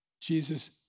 Jesus